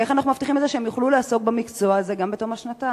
איך אנחנו מבטיחים את זה שהם יוכלו לעסוק במקצוע הזה גם בתום השנתיים?